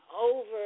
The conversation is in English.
over